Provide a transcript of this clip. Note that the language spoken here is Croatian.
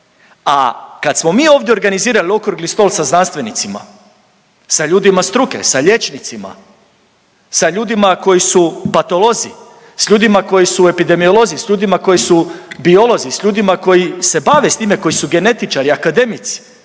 A kad smo mi ovdje organizirali Okrugli stol sa znanstvenicima, sa ljudima struke, sa liječnicima, sa ljudima koji su patolozi, s ljudima koji su epidemiolozi, s ljudima koji su biolozi, s ljudima koji se bave s time, koji su genetičari, akademici,